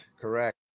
correct